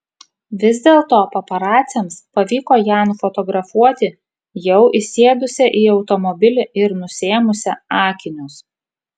vis dėlto paparaciams pavyko ją nufotografuoti jau įsėdusią į automobilį ir nusiėmusią akinius